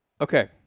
Okay